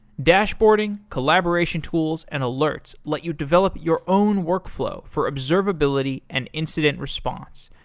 dashboarding, collaboration tools, and alerts let you develop your own workflow for observability and incident response.